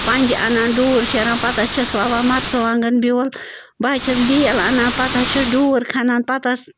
پنٛجہِ اَنان ڈوٗر شیران پتہٕ حظ چھَس وَوان مرژٕوانٛگن بیول بہٕ حظ چھَس بیل اَنان پتہٕ حظ چھَس ڈوٗر کھنان پتہٕ حظ